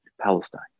Palestine